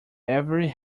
every